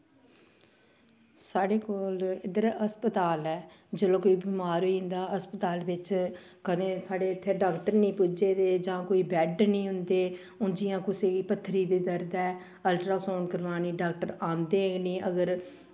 साढ़े कोल इद्धर अस्पताल ऐ जेल्लै कोई बमार होई जंदा अस्पताल बिच्च कदें साढ़े इत्थें डॉक्टर निं पुज्जे दे जां कोई बैड्ड निं होंदे हून जि'यां कुसै गी पत्थरी दी दर्द ऐ अल्ट्रासाउंड करोआनी डॉक्टर आंदे गै निं अगर